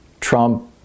Trump